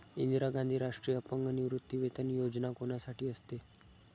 इंदिरा गांधी राष्ट्रीय अपंग निवृत्तीवेतन योजना कोणासाठी असते?